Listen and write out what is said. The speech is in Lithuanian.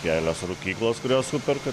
kelios rūkyklos kurios superka